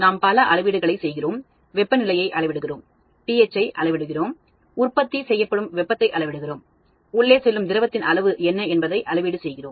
நாம் பல அளவீடுகளைச் செய்கிறோம் வெப்பநிலையை அளவிடுகிறோம் pH ஐ அளவிடுகிறோம் உற்பத்தி செய்யப்படும் வெப்பத்தை அளவிடுகிறோம் உள்ளே செல்லும் திரவத்தின் அளவு என்ன என்பதை அளவீடு செய்கிறோம்